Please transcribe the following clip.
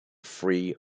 free